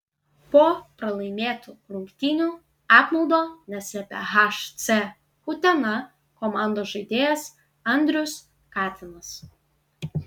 po pralaimėtų rungtynių apmaudo neslėpė hc utena komandos žaidėjas andrius katinas